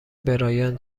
برایان